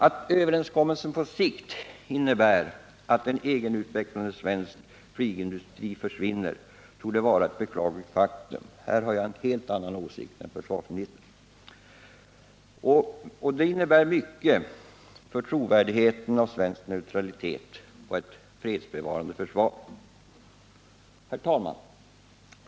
Att överenskommelsen på sikt innebär att en egenutvecklande svensk flygindustri försvinner, torde vara ett beklagligt faktum — här har jag en helt annan åsikt än försvarsministern. Det innebär mycket för trovärdigheten av svensk neutralitet och ett fredsbevarande försvar om vår egen utvecklade flygindustri försvinner. Herr talman!